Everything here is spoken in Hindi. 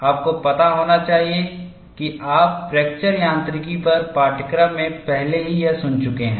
आपको पता होना चाहिए कि आप फ्रैक्चर यांत्रिकी पर पाठ्यक्रम में पहले ही यह सुन चुके हैं